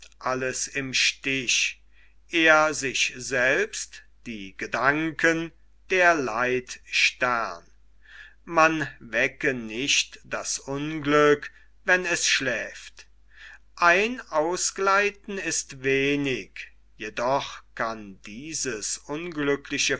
alles im stich er sich selbst die gedanken der leitstern man wecke nicht das unglück wann es schläft ein ausgleiten ist wenig jedoch kann dieses unglückliche